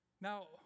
Now